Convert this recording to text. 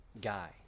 Guy